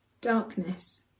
Darkness